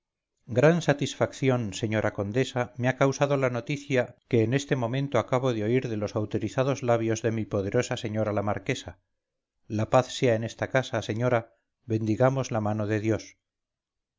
gran satisfacción señora condesa me ha causado la noticia que en este momento acabo de oír de los autorizados labios de mi poderosa señora la marquesa la paz sea en esta casa señora bendigamos la mano de dios